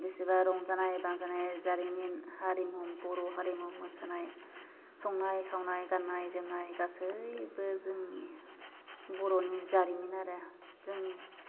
बेसेबा रंजानाय बाजानाय जारिमिन हारिमु बर' हारिमु मोसानाय संनाय खावनाय गाननाय जोमनाय गासैबो जोंनि बर'नि जारिमिन आरो जोंनि